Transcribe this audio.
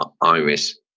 iris